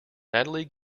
natalie